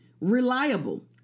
reliable